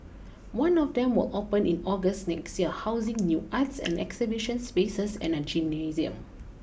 one of them will open in August next year housing new arts and exhibition spaces and a gymnasium